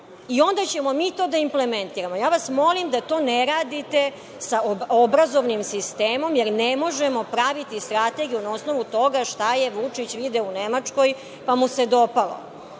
i onda ćemo mi to da implementiramo. Ja vas molim da to ne radite sa obrazovnim sistemom, jer ne možemo praviti strategiju na osnovu toga šta je Vučić video u Nemačkoj, pa mu se dopalo.